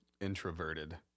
introverted